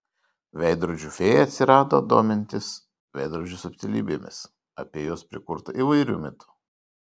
veidrodžių fėja atsirado domintis veidrodžių subtilybėmis apie juos prikurta įvairių mitų